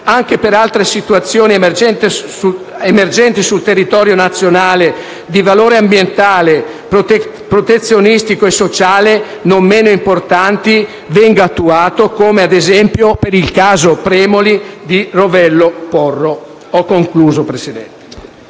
anche per altre situazioni emergenti sul territorio nazionale, di valore ambientale, protezionistico e sociale non meno importanti, come ad esempio il caso Premoli di Rovello Porro. *(Applausi dal